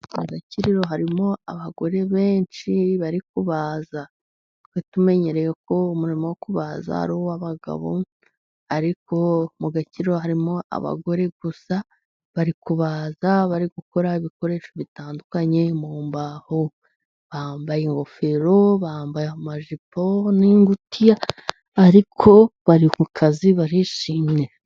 Agakiriro harimo abagore benshi bari kubaza. tumenyereye ko umurimo wo kubaza ari uw'abagabo, ariko mu gakiriro harimo abagore gusa bari kubaza, bari gukora ibikoresho bitandukanye mu mbaho, bambaye ingofero, bambaye amajipo, n'ingutiya, ariko bari ku kazi barishimye.